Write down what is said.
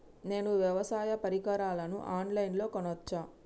నేను వ్యవసాయ పరికరాలను ఆన్ లైన్ లో కొనచ్చా?